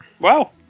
Wow